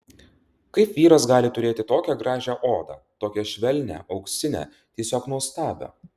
kaip vyras gali turėti tokią gražią odą tokią švelnią auksinę tiesiog nuostabią